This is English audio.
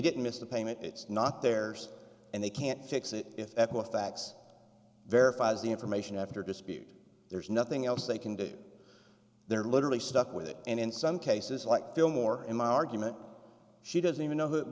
didn't miss the payment it's not theirs and they can't fix it if that with facts verifies the information after dispute there's nothing else they can do they're literally stuck with it and in some cases like bill moore in my argument she doesn't even know who it